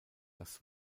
das